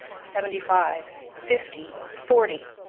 seventy-five! fifty! forty!